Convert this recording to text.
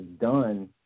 done –